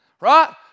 right